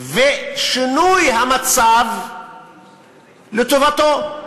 ושינוי המצב לטובתו,